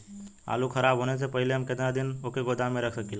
आलूखराब होने से पहले हम केतना दिन वोके गोदाम में रख सकिला?